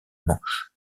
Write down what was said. manche